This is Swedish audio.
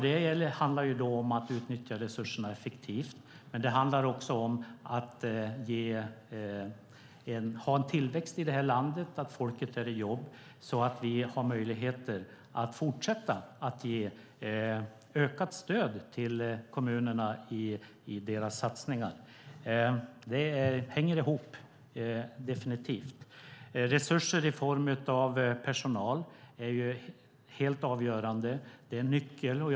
Det handlar om att utnyttja resurserna effektivt, men det handlar också om att ha en tillväxt i det här landet och att folk har jobb så att vi har möjligheter att fortsätta att ge ökat stöd till kommunerna i deras satsningar. Det hänger definitivt ihop. Resurser i form av personal är helt avgörande. Det är nyckeln.